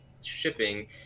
shipping